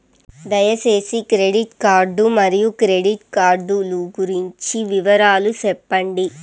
దయసేసి credit card మరియు credit card లు గురించి వివరాలు సెప్పండి?